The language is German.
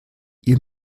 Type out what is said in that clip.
ihr